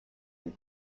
and